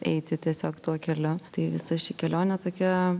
eiti tiesiog tuo kelio tai visa ši kelionė tokia